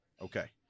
Okay